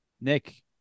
Nick